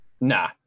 Nah